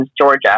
Georgia